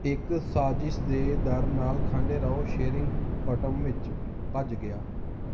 ਇੱਕ ਸਾਜ਼ਿਸ਼ ਦੇ ਡਰ ਨਾਲ ਖਾਂਡੇ ਰਾਓ ਸ਼ੇਰਿੰਗਪਟਮ ਵਿੱਚ ਭੱਜ ਗਿਆ